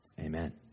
amen